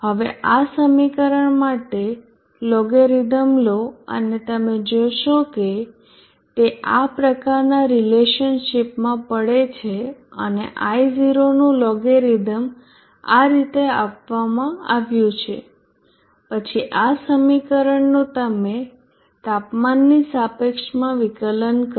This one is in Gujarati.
હવે આ સમીકરણ માટે લોગેરીધમ લો અને તમે જોશો કે તે આ પ્રકારનાં રિલેશનશિપમાં પડે છે અને I0 નું લોગેરીધમ આ રીતે આપવામાં આવ્યું છે પછી આ સમીકરણનું તમે તાપમાનની સાપેક્ષમાં વિકલન કરો